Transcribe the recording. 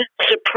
supreme